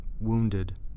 wounded